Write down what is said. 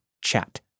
chat